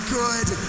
good